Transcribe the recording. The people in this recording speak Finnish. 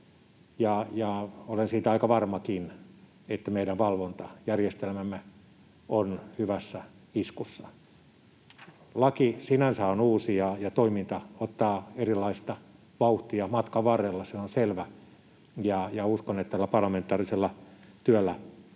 olen siitä aika varmakin, että meidän valvontajärjestelmämme on hyvässä iskussa. Laki sinänsä on uusi, ja toiminta ottaa erilaista vauhtia matkan varrella, se on selvä. Uskon, että tällä parlamentaarisella työllä